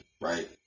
Right